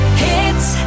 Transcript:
hits